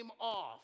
off